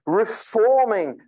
reforming